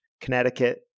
Connecticut